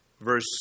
verse